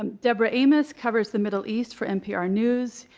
um deborah amos covers the middle east for npr news.